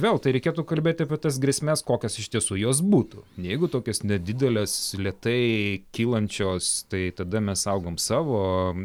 vėl tai reikėtų kalbėti apie tas grėsmes kokios iš tiesų jos būtų jeigu tokios nedidelės lėtai kylančios tai tada mes saugom savo